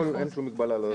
אין שום מגבלה על סוג האירוע.